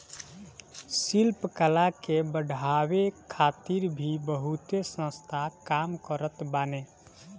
शिल्प कला के बढ़ावे खातिर भी बहुते संस्थान काम करत बाने